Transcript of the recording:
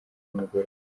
nimugoroba